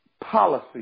policy